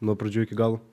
nuo pradžių iki galo